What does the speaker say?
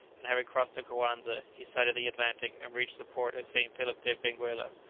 and having crossed the coanza, he sighted the atlantic and reached the port of st. philip de benguela,